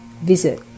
visit